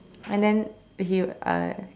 and then he uh